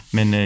Men